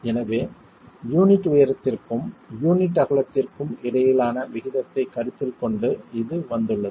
எனவே யூனிட் உயரத்திற்கும் யூனிட் அகலத்திற்கும் இடையிலான விகிதத்தைக் கருத்தில் கொண்டு இது வந்துள்ளது